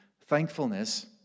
thankfulness